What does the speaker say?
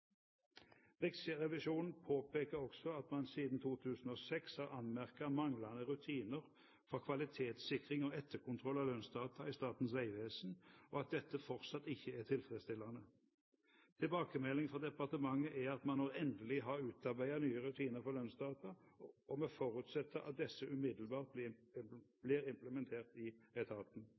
Riksrevisjonen påpeker også at man siden 2006 har anmerket manglende rutiner for kvalitetssikring og etterkontroll av lønnsdata i Statens vegvesen, og at dette fortsatt ikke er tilfredsstillende. Tilbakemelding fra departementet er at man nå endelig har utarbeidet nye rutiner for lønnsdata, og vi forutsetter at disse umiddelbart blir implementert i etaten.